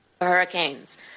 hurricanes